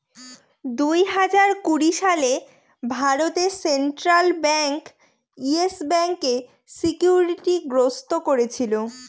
দুই হাজার কুড়ি সালে ভারতে সেন্ট্রাল ব্যাঙ্ক ইয়েস ব্যাঙ্কে সিকিউরিটি গ্রস্ত করেছিল